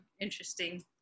interesting